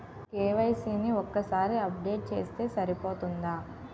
KYC ని ఒక్కసారి update చేస్తే సరిపోతుందా?